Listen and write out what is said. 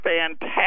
fantastic